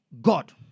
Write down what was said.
god